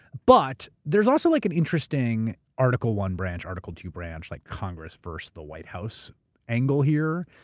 but there's also like an interesting article one branch, article two branch, like congress versus the white house angle here.